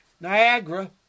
Niagara